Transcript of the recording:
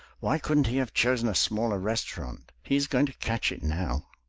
why couldn't he have chosen a smaller restaurant. he is going to catch it now!